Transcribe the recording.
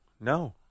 no